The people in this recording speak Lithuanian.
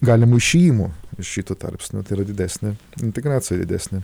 galimo išėjimo iš šito tarpsnio tai yra didesnė integracija didesnė